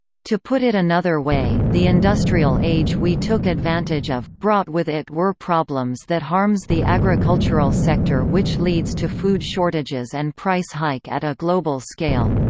to put it another way, the industrial age we took advantage of, brought with it were problems that harms the agricultural sector which leads to food shortages and price hike at a global scale.